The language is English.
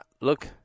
Look